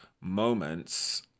Moments